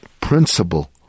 principle